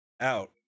out